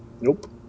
Nope